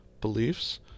beliefs